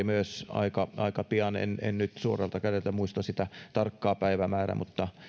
myös seminaari aika pian en en nyt suoralta kädeltä muista sitä tarkkaa päivämäärää mutta